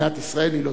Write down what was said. היא לא תהיה קיימת.